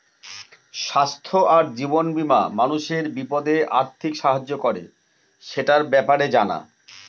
স্বাস্থ্য আর জীবন বীমা মানুষের বিপদে আর্থিক সাহায্য করে, সেটার ব্যাপারে জানা